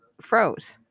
froze